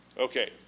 Okay